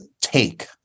take